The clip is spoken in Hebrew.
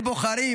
הם בוחרים,